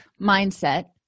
mindset